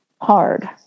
hard